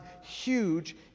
huge